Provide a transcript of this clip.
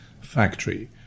factory